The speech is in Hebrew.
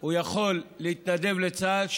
יכול להתנדב לצה"ל,